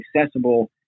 accessible